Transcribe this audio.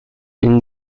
این